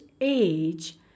age